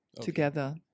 together